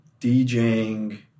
DJing